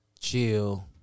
Chill